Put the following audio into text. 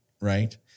right